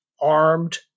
armed